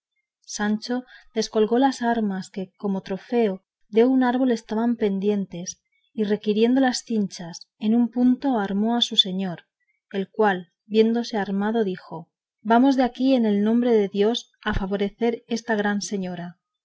sancho descolgó las armas que como trofeo de un árbol estaban pendientes y requiriendo las cinchas en un punto armó a su señor el cual viéndose armado dijo vamos de aquí en el nombre de dios a favorecer esta gran señora